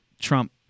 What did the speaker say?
Trump